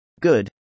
Good